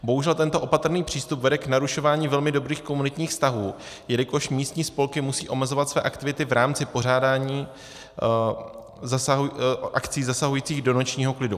Bohužel tento opatrný přístup vede k narušování velmi dobrých komunitních vztahů, jelikož místní spolky musí omezovat svoje aktivity v rámci pořádání akcí zasahujících do nočního klidu.